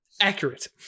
Accurate